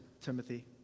Timothy